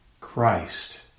Christ